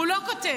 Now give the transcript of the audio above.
הוא לא כותב,